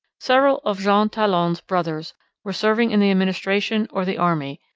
several of jean talon's brothers were serving in the administration or the army,